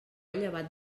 llevat